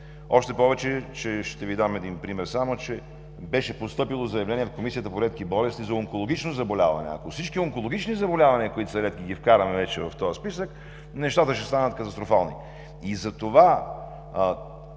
Още повече – ще Ви дам един пример: беше постъпило заявления в Комисията по редки болести за онкологично заболяване. Ако всички онкологични заболявания, които са редки, ги вкараме вече в този списък, нещата ще станат катастрофални. На